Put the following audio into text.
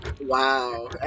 Wow